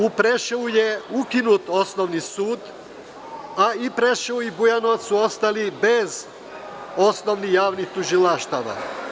U Preševu je ukinut Osnovni sud, a i Preševo i Bujanovac su ostali bez osnovnih javnih tužilaštava.